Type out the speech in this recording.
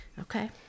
Okay